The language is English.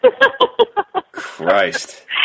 Christ